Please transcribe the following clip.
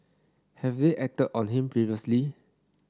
have they acted on him previously